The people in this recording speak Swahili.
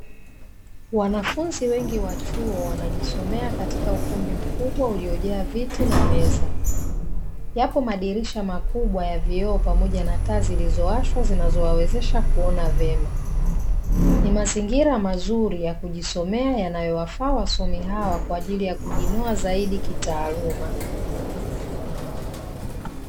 Wanafunzi wengi wa chuo wanajisomea katika ukumbi mkubwa uliojaa viti na meza. Yapo madirisha makubwa ya vioo pamoja na taa zilizowashwa zinazowawezesha kuona vyema. Ni mazingira mazuri ya kujisomea yanayowafaa wasomi hawa kwa ajili ya kujiinua zaidi kitaaluma.